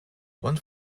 one